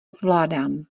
zvládám